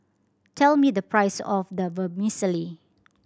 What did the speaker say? tell me the price of the Vermicelli